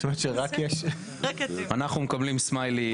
אנחנו מקבלים סמיילי?